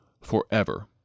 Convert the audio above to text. forever